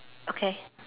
okay